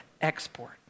export